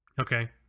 Okay